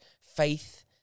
faith